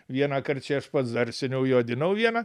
vienąkart čia aš pats dar seniau jodinau vieną